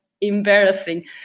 embarrassing